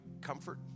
comfort